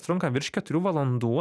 trunka virš keturių valandų